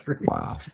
Wow